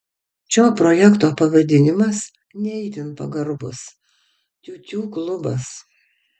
šio projekto pavadinimas ne itin pagarbus tiutiū klubas